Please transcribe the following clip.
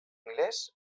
milers